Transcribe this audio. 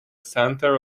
center